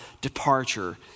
departure